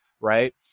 right